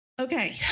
Okay